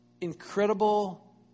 incredible